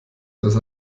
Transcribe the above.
alles